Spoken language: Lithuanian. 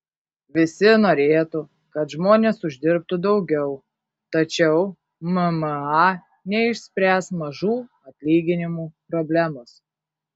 visi norėtų kad žmonės uždirbtų daugiau tačiau mma neišspręs mažų atlyginimų problemos